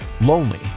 lonely